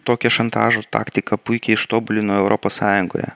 tokia šantažo taktiką puikiai ištobulino europos sąjungoje